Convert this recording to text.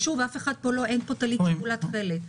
אין פה טלית שכולה תכלת,